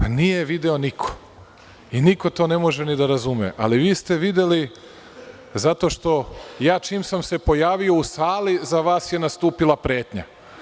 Nije je video niko i niko to ne može ni da razume, ali vi ste je videli čim sam se pojavio u sali i za vas je nastupila pretnja.